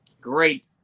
Great